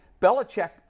Belichick